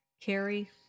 Carrie